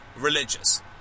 religious